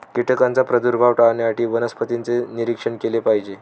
कीटकांचा प्रादुर्भाव टाळण्यासाठी वनस्पतींचे निरीक्षण केले पाहिजे